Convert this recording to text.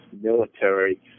military